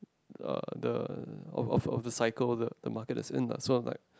uh the the of of of the cycle the the market is in lah so like